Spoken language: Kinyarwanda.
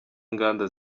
inganda